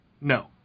No